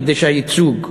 כדי שהייצוג יהיה,